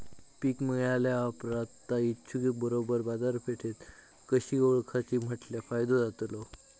पीक मिळाल्या ऑप्रात ता इकुच्या बरोबर बाजारपेठ कशी ओळखाची म्हटल्या फायदो जातलो?